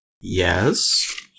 Yes